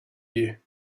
you